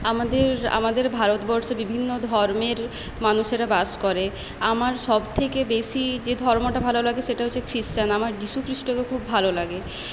আমাদের আমাদের ভারতবর্ষে বিভিন্ন ধর্মের মানুষেরা বাস করে আমার সব থেকে বেশি যে ধর্মটা ভালো লাগে সেটা হচ্ছে খ্রিস্টান আমার যিশু খ্রীষ্টকে খুব ভালো লাগে